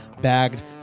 bagged